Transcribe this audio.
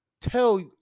tell